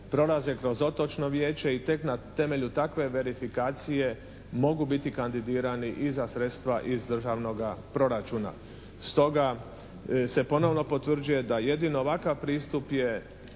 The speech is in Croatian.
prolaze kroz otočno vijeće i tek na temelju takve verifikacije mogu biti kandidirani i za sredstva iz državnoga proračuna. Stoga se ponovno potvrđuje da jedino ovakav pristup je